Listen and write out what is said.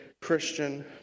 Christian